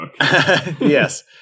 Yes